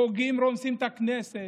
פוגעים, רומסים את הכנסת,